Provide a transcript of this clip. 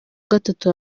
gatatu